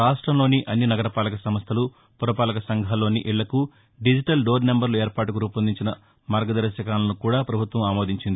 రాష్ట్రంలోని అన్ని నగరపాలక సంస్లలు పురపాలక సంఘాల్లోని ఇళ్లకు దిజిటల్ డోర్ నెంబర్ల ఏర్పాటుకు రూపొందించిన మార్గదర్భకాలను కూడా ప్రభుత్వం ఆమోదించింది